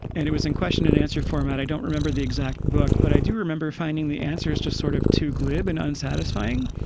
and it was in question and answer format. i don't remember the exact book, but i do remember finding the answers to sort of too glib and unsatisfying.